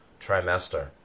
trimester